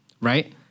right